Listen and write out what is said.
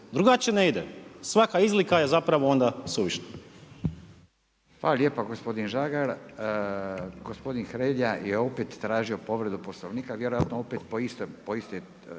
drugačije ne ide. Svaka izlika je zapravo onda suvišna. **Radin, Furio (Nezavisni)** Hvala lijepa gospodin Žagar. Gospodin Hrelja je opet tražio povredu Poslovnika, vjerojatno opet po istoj…